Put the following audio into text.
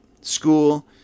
school